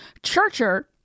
Churcher